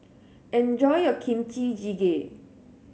enjoy your Kimchi Jjigae